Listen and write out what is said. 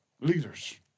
leaders